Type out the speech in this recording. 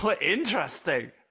Interesting